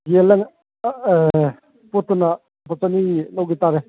ꯄꯣꯠꯇꯨꯅ ꯂꯨꯄꯥ ꯆꯅꯤꯒꯤ ꯂꯧꯈꯤꯇꯥꯔꯦ